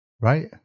right